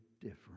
different